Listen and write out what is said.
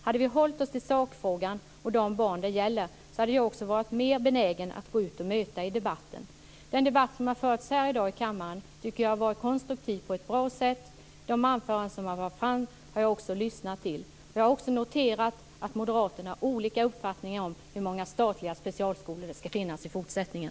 Hade vi hållit oss till sakfrågan och de barn det gäller, hade jag också varit mer benägen att gå ut och möta debatten. Den debatt som har förts här i kammaren i dag tycker jag har varit konstruktiv och bra. Jag har lyssnat till de anföranden som har hållits. Jag har också noterat att moderaterna har olika uppfattningar om hur många statliga specialskolor det ska finnas i fortsättningen.